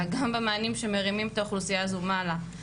אלא גם במענים שמרימים את האוכלוסייה הזו מעלה.